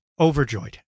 overjoyed